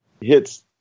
hits